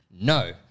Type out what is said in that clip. No